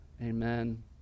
Amen